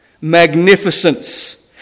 magnificence